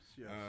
yes